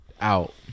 out